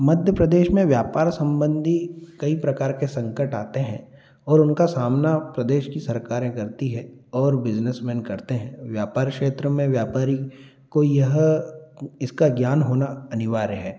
मध्य प्रदेश में व्यापार संबंधी कई प्रकार के संकट आते हैं और उनका सामना प्रदेश की सरकारें करती हैं और बिजनेसमेन करते हैं व्यापार क्षेत्र में व्यापारी को यह इसका ज्ञान होना अनिवार्य है